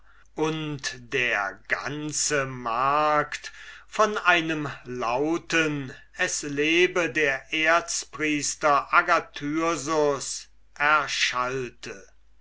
und der ganze markt von einem lauten lebe der erzpriester agathyrsus erschallte